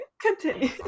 continue